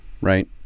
right